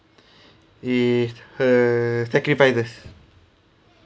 is uh sacrifices